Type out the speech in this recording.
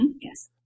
Yes